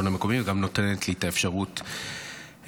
המקומי וגם נותנת לי את האפשרות לדבר.